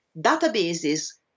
databases